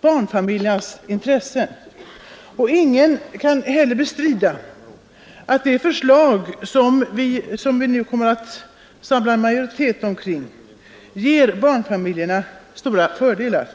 varit barnfamiljernas intressen. Ingen kan heller bestrida att det förslag som vi nu kommer att samla en majoritet omkring ger barnfamiljerna stora fördelar.